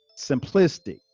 Simplistic